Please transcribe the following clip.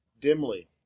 dimly